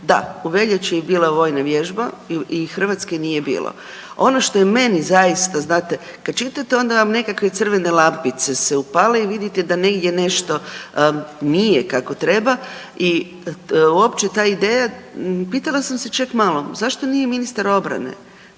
Da, u veljači je bila vojna vježba i Hrvatske nije bilo. Ono što je meni zaista znate kada čitate onda vam nekakve crvene lampice se upale i vidite da negdje nešto nije kako treba i uopće ta ideja, pitala sam se, ček malo zašto nije ministar obrane